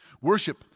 Worship